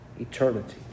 eternity